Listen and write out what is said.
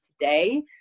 today